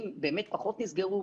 הגנים באמת פחות נסגרו,